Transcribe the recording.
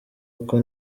uko